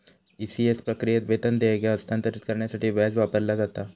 ECS प्रक्रियेत, वेतन देयके हस्तांतरित करण्यासाठी व्याज वापरला जाता